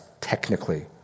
technically